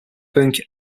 punk